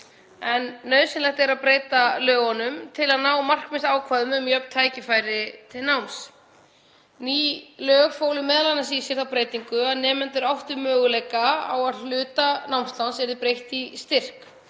en nauðsynlegt sé að breyta lögunum til að ná markmiðsákvæðum um jöfn tækifæri til náms. Ný lög fólu m.a. í sér þá breytingu að nemendur áttu möguleika á því að hluta námslána yrði breytt í styrk